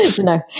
no